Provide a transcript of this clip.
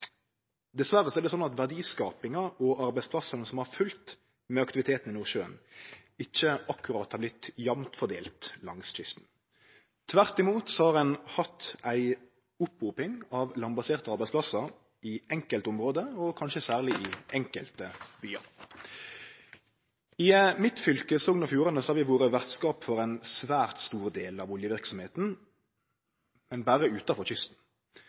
Dessverre er det slik at verdiskapinga og arbeidsplassane som har følgt med aktiviteten i Nordsjøen, ikkje akkurat har vorte jamt fordelte langs kysten. Tvert imot har ein hatt ei opphoping av landbaserte arbeidsplassar i enkelte område, og kanskje særleg i enkelte byar. I mitt fylke, Sogn og Fjordane, har vi vore vertskap for ein svært stor del av oljeverksemda, men berre utanfor kysten.